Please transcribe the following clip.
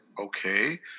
okay